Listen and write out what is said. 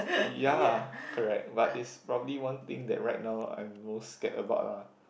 ya correct but is probably one thing that right now I'm most scared about lah